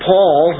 Paul